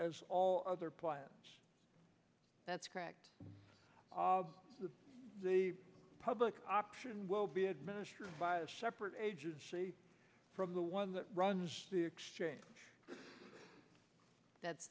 as all other plans that's correct that the public option will be administered by a separate agency from the one that runs the exchange that's